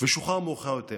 ושוחרר מאוחר יותר.